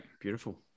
beautiful